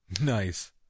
Nice